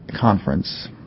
Conference